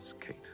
kate